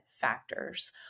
factors